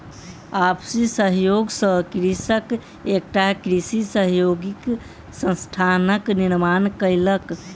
आपसी सहयोग सॅ कृषक एकटा कृषि सहयोगी संस्थानक निर्माण कयलक